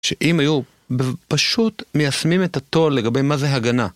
שאם היו פשוט מיישמים את הטול לגבי מה זה הגנה.